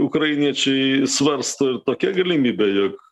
ukrainiečiai svarsto tokia galimybė jog